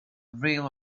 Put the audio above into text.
real